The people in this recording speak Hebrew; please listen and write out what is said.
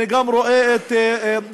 ואני גם רואה את ידידי,